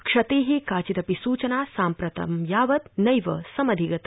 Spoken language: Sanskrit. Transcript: क्षते काचिदपि सूचना साम्प्रतं यावत् नैव समधिगता